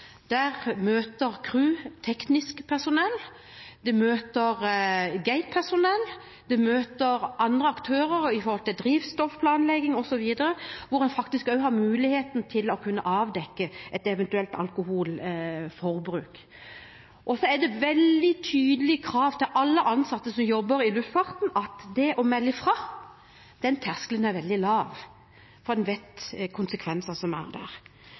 Der møter crewet teknisk personell, det møter gate-personell, det møter andre aktører for drivstoffplanlegging osv., hvor en faktisk også har muligheten til å kunne avdekke et eventuelt alkoholforbruk. Og så er det veldig tydelige krav til alle ansatte som jobber i luftfarten: Terskelen for å melde fra er veldig lav, for en vet hvilke konsekvenser